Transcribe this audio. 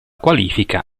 qualifica